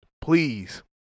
please